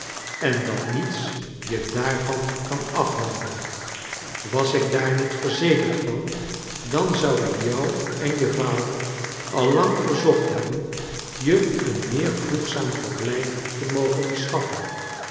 en dat niets je daar van kan afliouden was ik daar niet verzekerd van dan zou ik jou en je vader al lang verzocht hebben je een meer voegzaam verblijf te mogen verschaffen